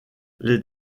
les